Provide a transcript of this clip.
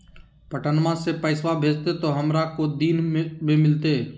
पटनमा से पैसबा भेजते तो हमारा को दिन मे मिलते?